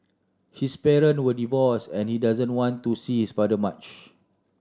his parent were divorce and he doesn't want to see his father much